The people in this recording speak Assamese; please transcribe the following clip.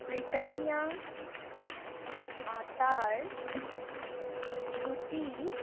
ব্ৰিটানিয়া আটাৰ ৰুটি